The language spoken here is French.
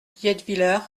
dietwiller